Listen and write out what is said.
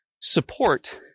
support